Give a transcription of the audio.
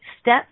step